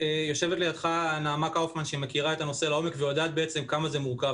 יושבת לידך נעמה קאופמן שמכירה את הנושא לעומק ויודעת עד כמה זה מורכב.